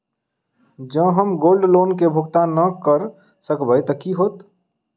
जँ हम gold loan केँ भुगतान न करऽ सकबै तऽ की होत?